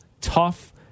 tough